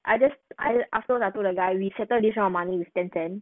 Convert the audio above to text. I just I ju~ told the guy we settled this [one] of money with ten cent